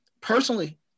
personally